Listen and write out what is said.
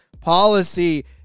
policy